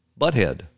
butthead